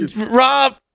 Rob